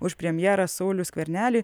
už premjerą saulių skvernelį